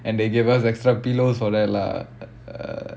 and they gave us extra pillows for that lah